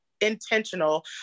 intentional